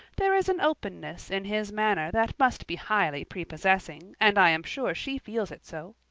there is an openness in his manner that must be highly prepossessing, and i am sure she feels it so.